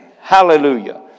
Hallelujah